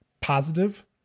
Positive